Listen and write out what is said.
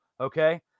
okay